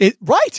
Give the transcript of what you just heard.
Right